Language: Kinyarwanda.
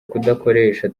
kudakoresha